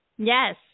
Yes